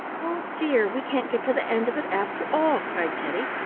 oh dear! we can't get to the end of it after all, cried teddy,